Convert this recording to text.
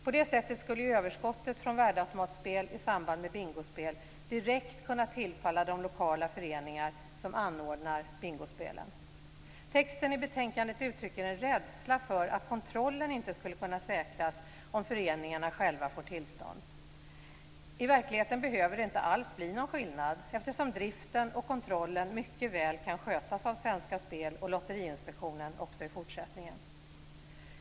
På det sättet skulle överskottet från värdeautomatspel i samband med bingospel direkt kunna tillfalla de lokala föreningar som anordnar bingospelen. Texten i betänkandet uttrycker en rädsla för att kontrollen inte skulle kunna säkras om föreningarna själva får tillstånd. I verkligheten behöver det inte alls bli någon skillnad, eftersom driften och kontrollen mycket väl kan skötas av Svenska Spel och Lotteriinspektionen också i fortsättningen.